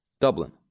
Dublin